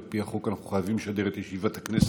על פי החוק, אנחנו חייבים לשדר את ישיבת הכנסת.